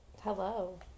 Hello